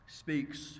speaks